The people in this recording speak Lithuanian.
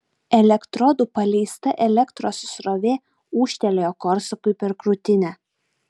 elektrodų paleista elektros srovė ūžtelėjo korsakui per krūtinę